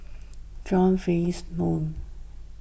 John Fearns Nicoll